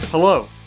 Hello